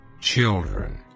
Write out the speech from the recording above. children